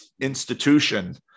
institution